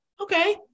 Okay